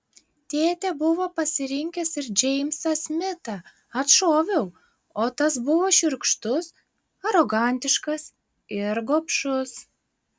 tėtė buvo pasirinkęs ir džeimsą smitą atšoviau o tas buvo šiurkštus arogantiškas ir gobšus